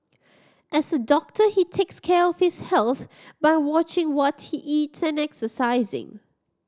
as a doctor he takes care of his health by watching what he eats and exercising